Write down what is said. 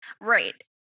right